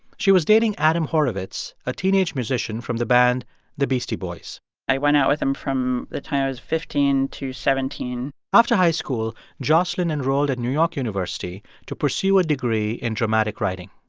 she was dating adam horovitz, a teenage musician from the band the beastie boys i went out with him from the time i was fifteen to seventeen point after high school, jocelyn enrolled at new york university to pursue a degree in dramatic writing.